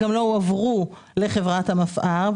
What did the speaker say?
וגם לא הועברו לחברת המפאר.